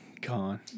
Gone